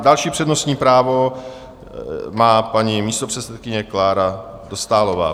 Další přednostní právo má paní místopředsedkyně Klára Dostálová.